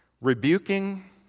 rebuking